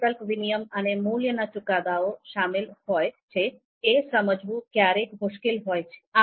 જે વિકલ્પ વિનિમય અને મૂલ્યના ચુકાદાઓ શામેલ હોય છે એ સમજવું ક્યારેક મુશ્કેલ હોય છે